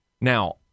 Now